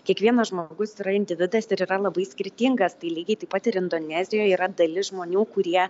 kiekvienas žmogus yra individas ir yra labai skirtingas tai lygiai taip pat ir indonezijoj yra dalis žmonių kurie